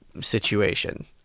situation